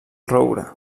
roure